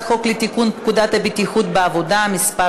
חוק לתיקון פקודת הבטיחות בעבודה (מס'